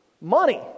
money